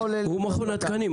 הוא מכון התקנים.